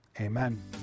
amen